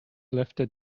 lifted